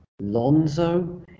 Lonzo